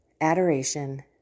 adoration